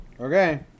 Okay